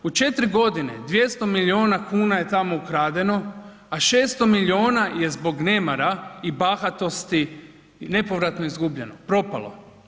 U 4 godine 200 milijuna kuna je tamo ukradeno a 600 milijuna je zbog nemara i bahatosti nepovratno izgubljeno, propalo.